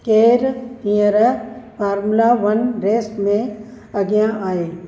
केरु हींअर Formula One race में अॻियां आहे